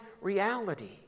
reality